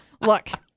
Look